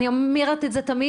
ואני אומרת את זה תמיד.